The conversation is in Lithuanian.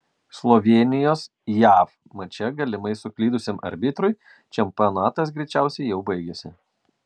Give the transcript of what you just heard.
slovėnijos jav mače galimai suklydusiam arbitrui čempionatas greičiausiai jau baigėsi